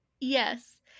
yes